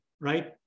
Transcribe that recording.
right